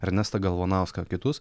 ernestą galvanauską kitus